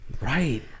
Right